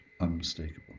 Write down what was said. unmistakable